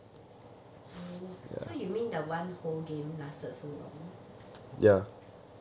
oh so you mean the one whole game lasted so long